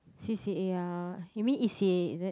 c_c_a ah you mean e_c_a is it